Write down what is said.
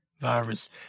virus